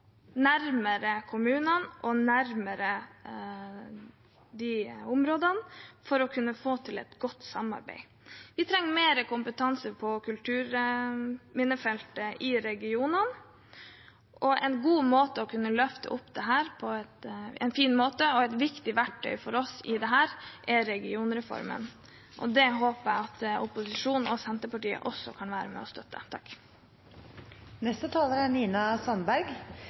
nærmere kommunene og nærmere de områdene for å kunne få til et godt samarbeid. Vi trenger mer kompetanse på kulturminnefeltet i regionene, og en god måte å løfte dette på og et viktig verktøy for oss i dette er regionreformen. Det håper jeg at opposisjonen og Senterpartiet også kan være med og støtte. Representanten Nina Sandberg